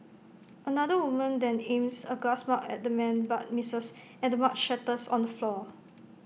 another woman then aims A glass mug at the man but misses and the mug shatters on the floor